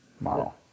model